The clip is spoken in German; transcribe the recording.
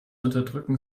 unterdrücken